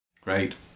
great